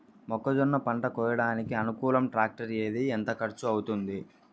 మొక్కజొన్న పంట కోయడానికి అనుకూలం టాక్టర్ ఏది? ఎంత ఖర్చు అవుతుంది?